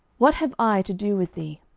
what have i to do with thee?